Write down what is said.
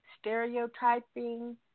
stereotyping